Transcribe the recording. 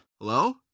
Hello